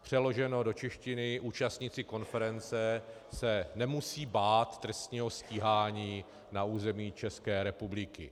Přeloženo do češtiny, účastníci konference se nemusí bát trestního stíhání na území České republiky.